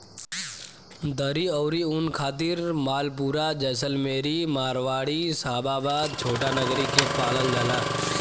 दरी अउरी ऊन खातिर मालपुरा, जैसलमेरी, मारवाड़ी, शाबाबाद, छोटानगरी के पालल जाला